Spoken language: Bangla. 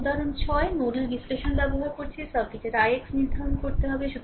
তারপর উদাহরণ 6 নোডাল বিশ্লেষণ ব্যবহার করছে সার্কিটের ix নির্ধারণ করতে হবে